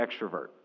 extrovert